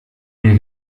mir